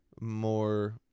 more